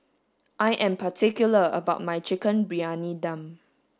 I am particular about my chicken Briyani Dum